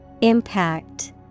Impact